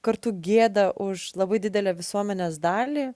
kartu gėda už labai didelę visuomenės dalį